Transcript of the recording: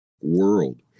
world